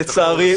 לצערי,